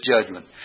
judgment